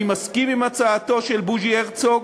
אני מסכים עם הצעתו של בוז'י הרצוג,